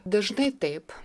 dažnai taip